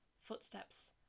Footsteps